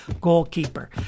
goalkeeper